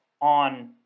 on